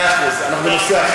מאה אחוז, אנחנו בנושא אחר.